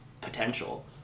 potential